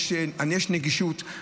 יש נגישות.